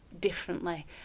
differently